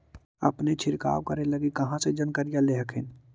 अपने छीरकाऔ करे लगी कहा से जानकारीया ले हखिन?